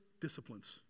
disciplines